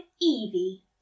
Evie